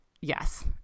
yes